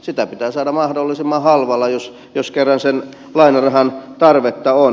sitä pitää saada mahdollisimman halvalla jos kerran lainarahan tarvetta on